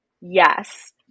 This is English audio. yes